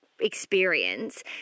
Experience